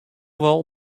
wol